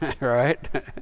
right